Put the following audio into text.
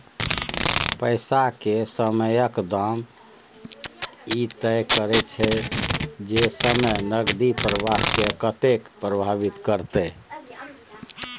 पैसा के समयक दाम ई तय करैत छै जे समय नकदी प्रवाह के कतेक प्रभावित करते